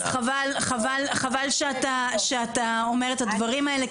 אז חבל שאתה אומר את הדברים האלה,